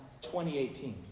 2018